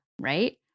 right